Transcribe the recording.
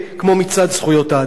כמו מצעד זכויות האדם.